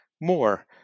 more